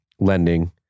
lending